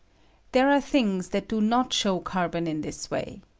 there are things that do not show carbon in this way.